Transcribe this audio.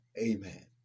Amen